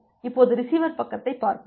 இப்போது ரிசீவர் பக்கத்தைப் பார்ப்போம்